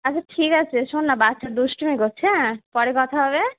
আচ্ছা ঠিক আছে শোন না বাচ্চা দুষ্টুমি কচ্ছে হ্যাঁ পরে কথা হবে